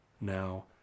now